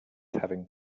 having